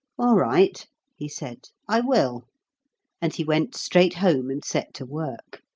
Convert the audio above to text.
all right he said, i will and he went straight home and set to work.